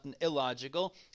illogical